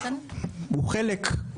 הוא חלק,